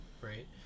right